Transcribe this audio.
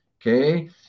Okay